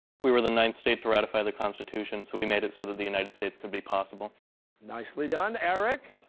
we were the ninth state to ratify the constitution so we made it so that the united states could be possible. costa nicely done erek?